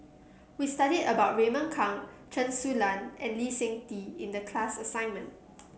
we study about Raymond Kang Chen Su Lan and Lee Seng Tee in the class assignment